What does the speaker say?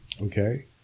okay